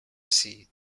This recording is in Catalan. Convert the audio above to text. ací